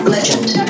Legend